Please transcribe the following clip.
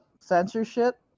Censorship